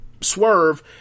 Swerve